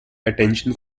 attention